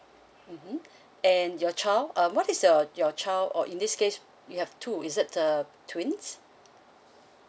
mmhmm and your child uh what is your your child or in this case you have two is it the twins